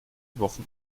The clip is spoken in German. wochen